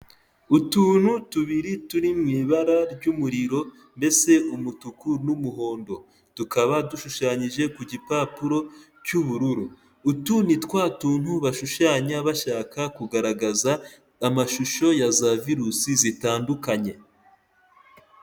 Utuntu tubiri turi mu ibara ry'umuriro mbese umutuku n'umuhondo tukaba dushushanyije ku gipapuro cy'ubururu, utu ni twa tuntu bashushanya bashaka kugaragaza amashusho ya za virusi zitandukanye.